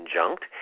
conjunct